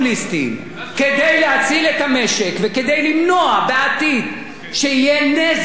להציל את המשק וכדי למנוע בעתיד נזק שיהיה בלתי הפיך,